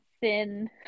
thin